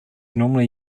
normally